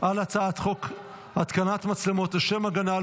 על הצעת חוק התקנת מצלמות לשם הגנה על